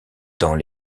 dans